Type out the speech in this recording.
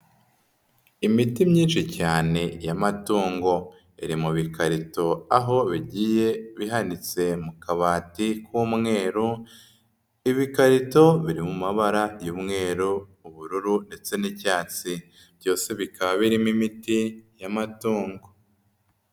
Imiti myinshi cyane y'amatungo iri mu bikarito aho bigiye bihanitse mu kabati k'umweru, ibikarito biri mu mabara y'umweru, ubururu ndetse n'icyatsi. Byose bikaba birimo imiti y'amatungo.